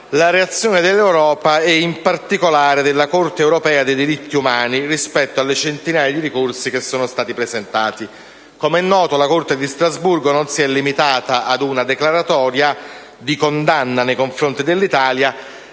la reazione dell'Europa e in particolare della Corte europea dei diritti umani rispetto alle centinaia di ricorsi che sono stati presentati. Com'è noto, la Corte di Strasburgo non si è limitata ad una declaratoria di condanna nei confronti dell'Italia,